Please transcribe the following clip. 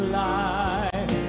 life